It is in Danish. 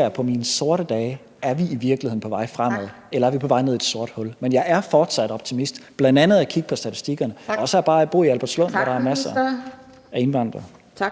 jeg på mine sorte dage: Er vi i virkeligheden på vej fremad, eller er vi på vej ned i et sort hul? Men jeg er fortsat optimist, bl.a. af at kigge på statistikkerne, og så bare af at bo i Albertslund, hvor der er masser af indvandrere. Kl.